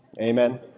Amen